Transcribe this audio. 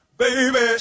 baby